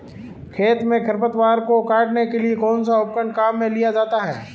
खेत में खरपतवार को काटने के लिए कौनसा उपकरण काम में लिया जाता है?